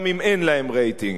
גם אם אין להם רייטינג.